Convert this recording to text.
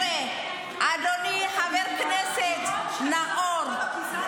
חבר'ה, אדוני, חבר הכנסת נאור,